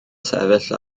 sefyll